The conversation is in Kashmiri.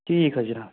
ٹھیٖک حظ جناب